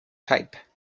type